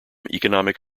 economic